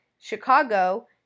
Chicago